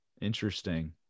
Interesting